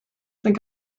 think